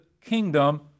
kingdom